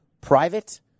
private